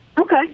Okay